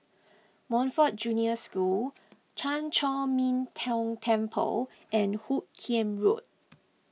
Montfort Junior School Chan Chor Min Tong Temple and Hoot Kiam Road